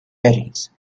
berries